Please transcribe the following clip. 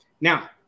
Now